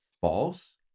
false